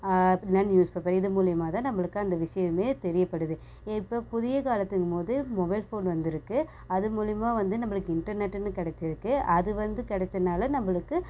அப்படி இல்லைன்னா news paper இது மூலயமா தான் நம்மளுக்கு அந்த விஷயமே தெரியப்படுது ஏ இப்போ புதிய காலத்துங்கும்போது மொபைல் ஃபோன் வந்திருக்கு அது மூலயமா வந்து நம்மளுக்கு இன்டர்நெட்டுனு கிடச்சிருக்கு அது வந்து கிடச்சனால நம்மளுக்கு